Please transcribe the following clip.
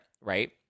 right